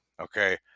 Okay